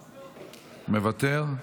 מוותר,